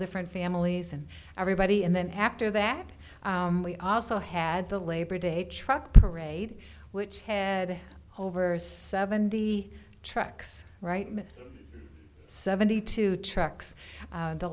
different families and everybody and then after that we also had the labor day truck parade which had over seventy trucks right now seventy two trucks